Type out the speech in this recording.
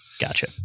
Gotcha